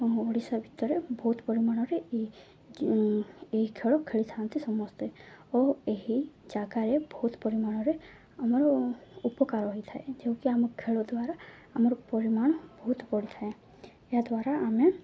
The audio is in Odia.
ଓଡ଼ିଶା ଭିତରେ ବହୁତ ପରିମାଣରେ ଏହି ଖେଳ ଖେଳିଥାନ୍ତି ସମସ୍ତେ ଓ ଏହି ଜାଗାରେ ବହୁତ ପରିମାଣରେ ଆମର ଉପକାର ହୋଇଥାଏ ଯେଉକି ଆମ ଖେଳ ଦ୍ୱାରା ଆମର ପରିମାଣ ବହୁତ ବଢ଼ିଥାଏ ଏହାଦ୍ୱାରା ଆମେ